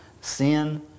sin